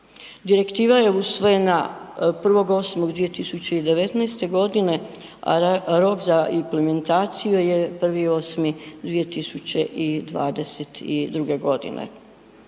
Direktiva je usvojena 1.8.2019. godine, a rok za implementaciju je 1.8.2022. godine.